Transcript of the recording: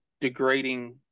degrading